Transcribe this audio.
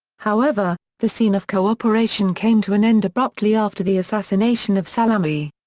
however, the scene of cooperation came to an end abruptly after the assassination of salameh.